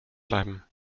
bleiben